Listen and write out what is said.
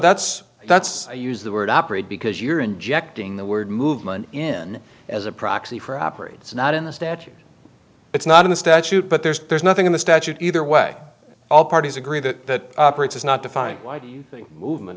that's that's a use the word operate because you're injecting the word movement in as a proxy for operates not in the statute it's not in the statute but there's nothing in the statute either way all parties agree that operates is not defined why do you think movement